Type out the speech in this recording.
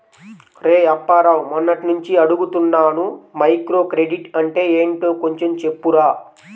రేయ్ అప్పారావు, మొన్నట్నుంచి అడుగుతున్నాను మైక్రోక్రెడిట్ అంటే ఏంటో కొంచెం చెప్పురా